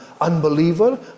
unbeliever